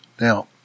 Now